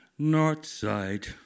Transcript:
Northside